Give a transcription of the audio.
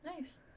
Nice